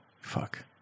Fuck